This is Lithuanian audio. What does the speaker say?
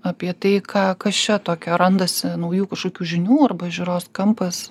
apie tai ką kas čia tokio randasi naujų kažkokių žinių arba žiūros kampas